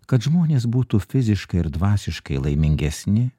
kad žmonės būtų fiziškai ir dvasiškai laimingesni